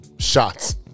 Shots